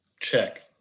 Check